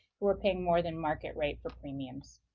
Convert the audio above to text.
who were paying more than market rate for premiums